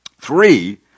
three